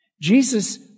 Jesus